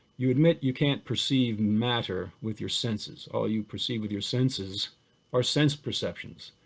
you admit you can't perceive matter with your senses, all you perceive with your senses are sense perceptions,